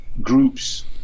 groups